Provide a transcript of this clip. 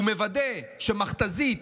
הוא מוודא שהמכת"זית,